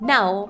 Now